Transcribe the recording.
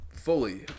Fully